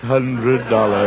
hundred dollars